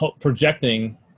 projecting